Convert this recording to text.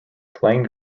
plane